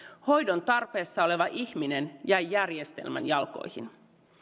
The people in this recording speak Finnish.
hoidon tarpeessa oleva ihminen jäi järjestelmän jalkoihin